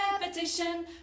repetition